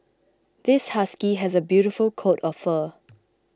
this husky has a beautiful coat of fur